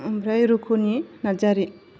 ओमफ्राय रुकुनि नार्जारी